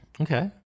Okay